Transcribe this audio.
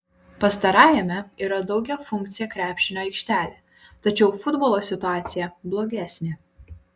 pastarajame yra daugiafunkcė krepšinio aikštelė tačiau futbolo situacija blogesnė